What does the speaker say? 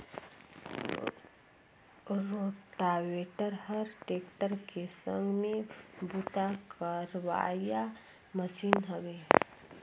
rotavator हर tractor के संघ में बूता करोइया मसीन हवे